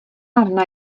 arna